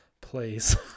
please